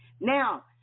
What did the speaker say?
Now